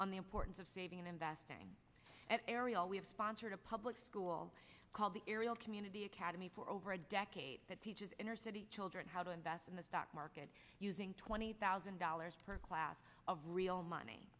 on the importance of saving and investing and ariel we have sponsored a public school called the ariel community academy for over a decade that teaches inner city children how to invest in the stock market using twenty thousand dollars per class of real money